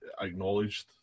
acknowledged